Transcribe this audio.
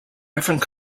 different